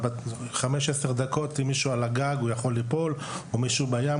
אבל ב-5-10 דקות מישהו יכול ליפול מהגג או לטבוע בים.